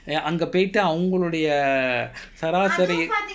அங்க போயிட்டு அவங்களுடைய சராசரி:anga poyittu avanggaludaiya saraasari